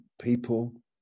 people